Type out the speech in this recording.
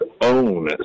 own